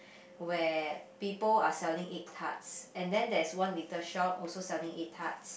where people are selling egg tarts and then there is one little shop also selling egg tarts